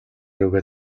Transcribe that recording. рүүгээ